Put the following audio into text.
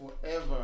forever